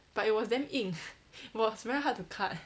but it was damn 硬 it was very hard to cut